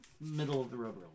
middle-of-the-road